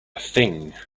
thing